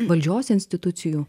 valdžios institucijų